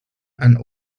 and